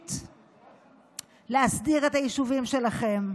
והאנושית להסדיר את הישובים שלכם.